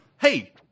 Hey